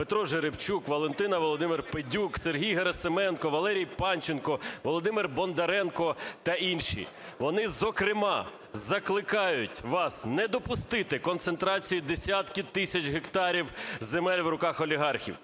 Петро Жеребчук, Валентина та Володимир Педюк, Сергій Герасименко, Валерій Панченко, Володимир Бондаренко та інші. Вони, зокрема, закликають вас не допустити концентрації десятків тисяч гектарів земель в руках олігархів.